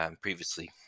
previously